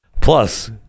Plus